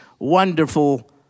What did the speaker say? wonderful